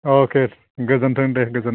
अके गोजोन्थों दे गोजोन